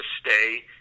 stay